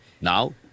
Now